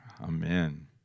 amen